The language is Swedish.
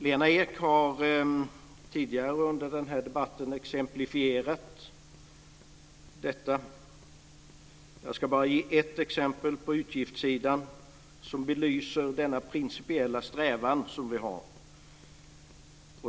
Lena Ek har tidigare under den här debatten exemplifierat detta. Jag ska bara ge ett exempel på utgiftssidan som belyser den principiella strävan som vi har.